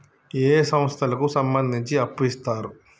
ఏ సంస్థలకు సంబంధించి అప్పు ఇత్తరు?